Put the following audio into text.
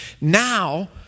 now